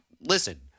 listen